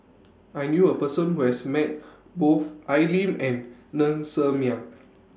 I knew A Person Who has Met Both Al Lim and Ng Ser Miang